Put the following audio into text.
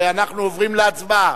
אנחנו עוברים להצבעה.